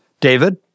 David